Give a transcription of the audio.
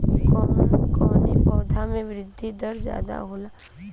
कवन कवने पौधा में वृद्धि दर ज्यादा होला?